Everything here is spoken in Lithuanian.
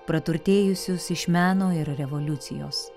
praturtėjusius iš meno ir revoliucijos